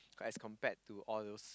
as compared to all those